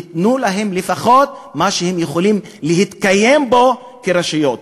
ייתנו להם לפחות מה שהם יכולים להתקיים בו כרשויות.